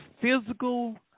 physical